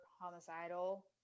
homicidal